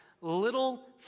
little